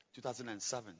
2007